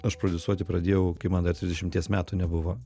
aš prodiusuoti pradėjau kai man dar trisdešimties metų nebuvo